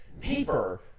paper